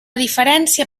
diferència